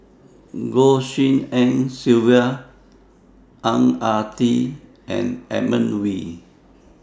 Goh Tshin En Sylvia Ang Ah Tee and Edmund Wee